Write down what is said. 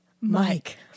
mike